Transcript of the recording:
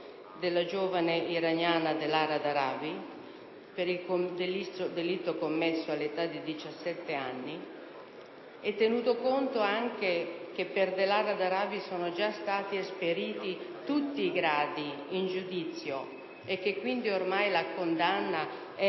della giovane iraniana Delara Darabi per un delitto commesso all'età di 17 anni. Bisogna inoltre tener conto del fatto che per Delara Darabi sono già stati esperiti tutti i gradi di giudizio e che quindi ormai la condanna è